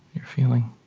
you're feeling?